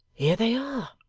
here they are